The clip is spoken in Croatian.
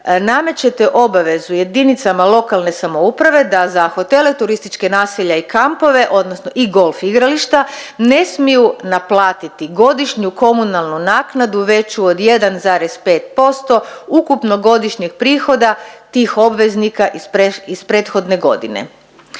namećete obavezu JLS da za hotele, turistička naselja i kampove odnosno i golf igrališta ne smiju naplatiti godišnju komunalnu naknadu veću od 1,5% ukupnog godišnjeg prihoda tih obveznika iz prethodne godine.